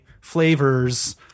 flavors